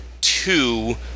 two